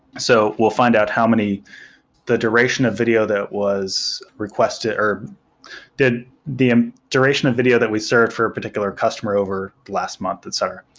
so we'll find out how many the duration of video that was requested or the the duration of video that we served for a particular customer over the last month, etc.